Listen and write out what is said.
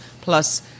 Plus